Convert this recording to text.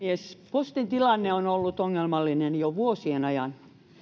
postin tilanne on ollut ongelmallinen jo vuosien ajan